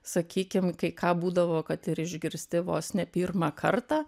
sakykim kai ką būdavo kad ir išgirsti vos ne pirmą kartą